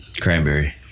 cranberry